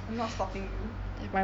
I'm not stopping you